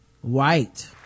white